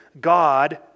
God